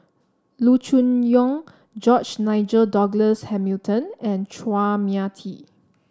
Loo Choon Yong George Nigel Douglas Hamilton and Chua Mia Tee